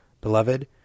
Beloved